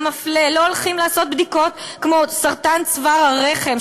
לא הולכים לעשות בדיקות כמו לסרטן צוואר הרחם,